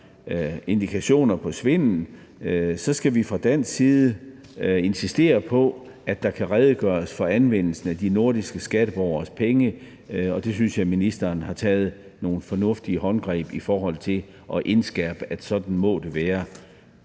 indikationer på svindel, skal vi fra dansk side insistere på, at der kan redegøres for anvendelsen af de nordiske skatteborgeres penge, og jeg synes, ministeren har taget nogle fornuftige håndgreb i forhold til at indskærpe, at sådan må det være.